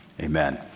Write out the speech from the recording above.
Amen